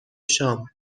شام